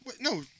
No